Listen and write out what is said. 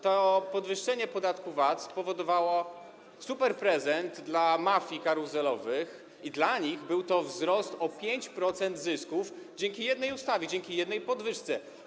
To podwyższenie podatku VAT spowodowało superprezent dla mafii karuzelowych, dla nich był to wzrost zysków o 5% - dzięki jednej ustawie, dzięki jednej podwyżce.